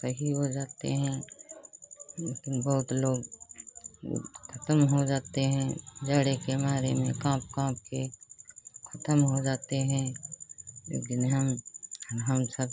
सही हो जाते हैं बहुत लोग ओ ख़त्म हो जाते हैं जाड़े के मारे में काँप काँपकर ख़त्म हो जाते हैं वह दिन हम हम सब